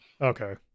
Okay